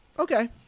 Okay